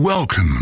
Welcome